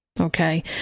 Okay